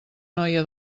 noia